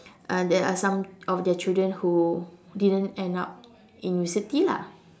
uh there are some of their children who didn't end up in university lah